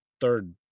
third